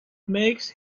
makes